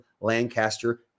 Lancaster